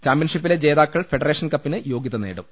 ചാമ്പ്യൻഷിപ്പിലെ ജേതാക്കൾ ഫെഡറേഷൻ കപ്പിന് യോഗ്യത നേടും